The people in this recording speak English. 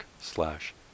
slash